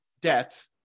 debt